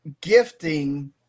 gifting